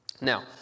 Now